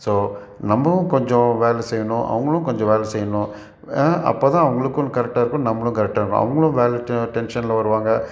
so நம்பளும் கொஞ்சம் வேலை செய்யணும் அவங்களும் கொஞ்சம் வேலை செய்யணும் அப்போதான் அவங்களுக்கும் கரெக்டாக இருக்கும் நம்மளும் கரெக்டாக இருக்கலாம் அவங்களும் வேலை டென் டென்ஷன்ல வருவாங்க